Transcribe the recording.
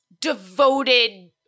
devoted